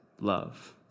love